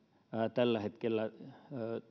tällä hetkellä